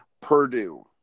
purdue